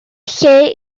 lle